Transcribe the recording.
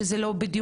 שזה לא ברור,